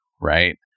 Right